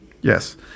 Yes